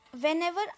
whenever